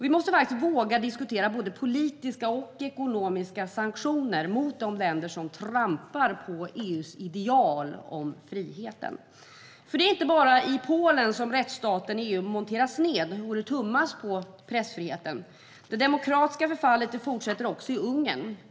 Vi måste faktiskt våga diskutera både politiska och ekonomiska sanktioner mot de länder som trampar på EU:s ideal om friheten. Det är nämligen inte bara i Polen som rättsstaten och EU monteras ned och pressfriheten tummas på. Det demokratiska förfallet fortsätter också i Ungern.